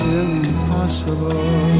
impossible